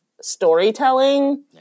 storytelling